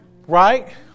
Right